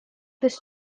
this